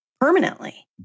permanently